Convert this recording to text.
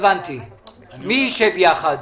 מי ישב יחד?